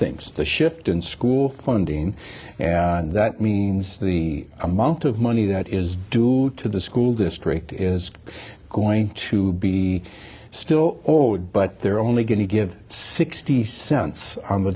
things the shift in school funding and that means the amount of money that is due to the school district is going to be still owed but they're only going to give sixty cents on the